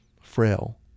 frail